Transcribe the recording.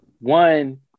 one